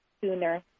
sooner